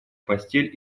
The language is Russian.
постель